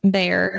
Bear